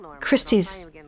Christie's